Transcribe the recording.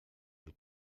del